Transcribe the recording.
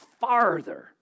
farther